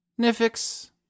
Nifix